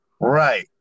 right